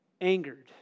angered